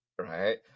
Right